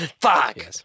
Fuck